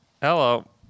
Hello